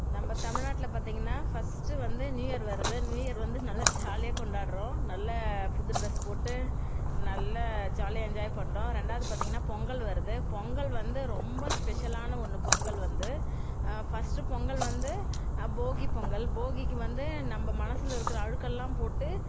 நம்ப தமிழ்நாட்டில் பார்த்திங்கன்னா ஃபஸ்ட்டு வந்து நியூஇயர் வருது நியூஇயர் வந்து நல்ல ஜாலியாக கொண்டாடுறோம் நல்ல புது ட்ரெஸ் போட்டு நல்ல ஜாலியாக என்ஜாய் பண்ணுறோம் ரெண்டாவது பார்த்திங்கன்னா பொங்கல் வருது பொங்கல் வந்து ரொம்ப ஸ்பெஷலான ஒன்று பொங்கல் வந்து ஃபஸ்ட்டு பொங்கல் வந்து போகி பொங்கல் போகிக்கு வந்து நம்ப மனசில் இருக்கிற அழுக்கெல்லாம் போட்டு